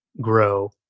grow